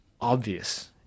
obvious